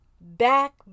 Back